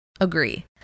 Agree